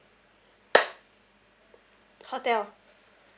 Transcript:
hotel